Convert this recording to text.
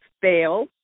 fail